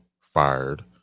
fired